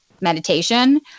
meditation